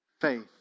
Faith